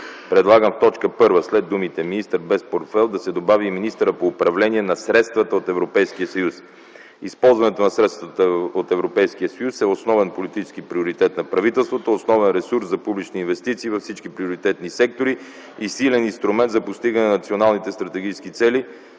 Предлагам в т. 1 след думите „министър без портфейл” да се добави „и министъра по управление на средствата от Европейския съюз”. Използването на средствата от Европейския съюз е основен политически приоритет на правителството, основен ресурс за публични инвестиции във всички приоритетни сектори и силен инструмент за постигане на националните стратегически цели,